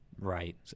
Right